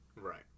Right